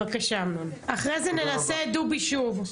בבקשה, אמנון, אחרי זה ננסה את דובי שוב.